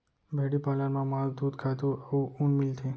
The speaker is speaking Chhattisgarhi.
भेड़ी पालन म मांस, दूद, खातू अउ ऊन मिलथे